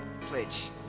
pledge